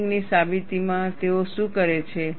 testing ની સાબિતીમાં તેઓ શું કરે છે